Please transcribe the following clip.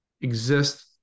exist